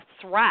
threat